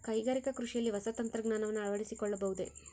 ಕೈಗಾರಿಕಾ ಕೃಷಿಯಲ್ಲಿ ಹೊಸ ತಂತ್ರಜ್ಞಾನವನ್ನ ಅಳವಡಿಸಿಕೊಳ್ಳಬಹುದೇ?